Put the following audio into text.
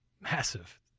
massive